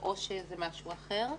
או שזה משהו אחר.